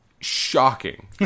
shocking